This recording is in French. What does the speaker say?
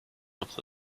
entre